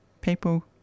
People